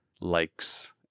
likes